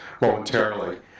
momentarily